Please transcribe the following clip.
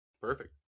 perfect